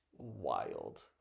wild